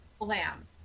Lamb